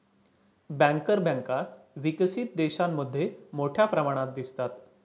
banker बँका विकसित देशांमध्ये मोठ्या प्रमाणात दिसतात